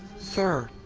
sir.